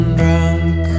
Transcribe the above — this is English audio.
drunk